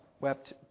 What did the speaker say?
wept